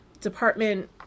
Department